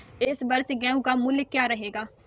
इस वर्ष गेहूँ का मूल्य क्या रहेगा?